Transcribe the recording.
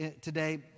today